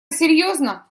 серьезно